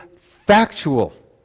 factual